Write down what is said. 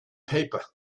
paper